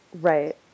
Right